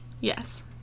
Yes